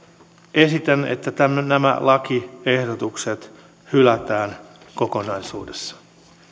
esitän että nämä lakiehdotukset hylätään kokonaisuudessaan